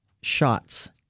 shots